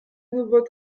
nouveau